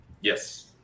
Yes